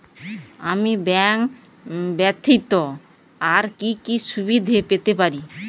আমি ব্যাংক ব্যথিত আর কি কি সুবিধে পেতে পারি?